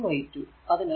അതിനാൽ 2 i2